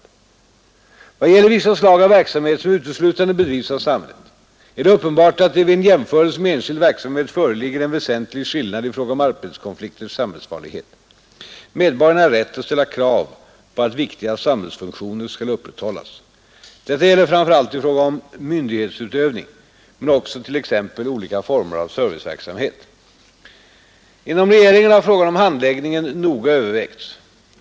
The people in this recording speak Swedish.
I vad gäller vissa slag av verksamhet, som uteslutande bedrivs av samhället, är det uppenbart att det vid en jämförelse med enskild verksamhet föreligger en väsentlig skillnad i fråga om arbetskonflikters samhällsfarlighet. Medborgarna har rätt att ställa krav på att viktiga samhällsfunktioner skall upprätthållas. Detta gäller framför allt i fråga om myndighetsutövning men också t.ex. olika former av serviceverksamhet. Inom regeringen har fragan om handläggningen noga övervägts.